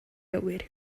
gywir